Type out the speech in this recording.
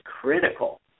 critical